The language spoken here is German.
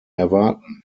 erwarten